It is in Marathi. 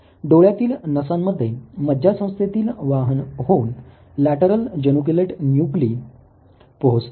डोळ्यातील नसांमध्ये मज्जासंस्थेतील वाहन होऊन लॅटरल जनुक्युलेट न्यूक्ली पोहचतात